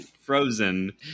Frozen